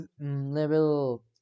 level